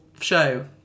show